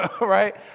right